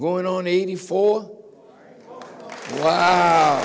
going on eighty four wo